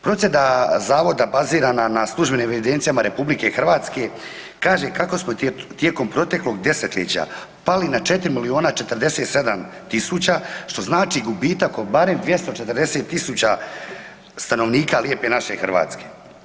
Procjena zavoda bazirana na službenim evidencijama RH kaže kako smo tijekom proteklog desetljeća pali na 4 miliona 47 tisuća, što znači gubitak od barem 240.000 stanovnika lijepe naše Hrvatske.